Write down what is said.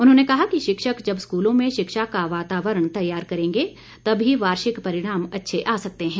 उन्होंने कहा कि शिक्षक जब स्कूलों में शिक्षा का वातावरण तैयार करेंगे तभी वार्षिक परिणाम अच्छे आ सकते हैं